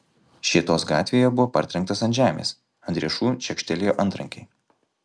šėtos gatvėje buvo partrenktas ant žemės ant riešų čekštelėjo antrankiai